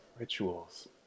rituals